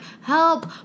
help